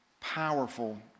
powerful